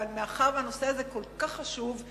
אבל מאחר שהנושא הזה כל כך חשוב,